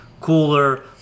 cooler